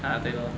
ah 对咯